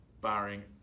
barring